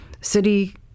City